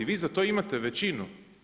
Vi za to imate većinu.